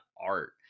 art